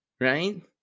right